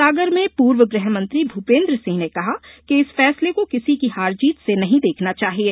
सागर में पूर्व गृहमंत्री भूपेन्द्र सिंह ने कहा कि इस फैसले को किसी की हार जीत से नहीं देखना चाहिये